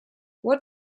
what